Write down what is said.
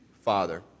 Father